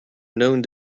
known